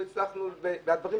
והדברים,